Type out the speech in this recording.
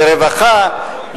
לרווחה,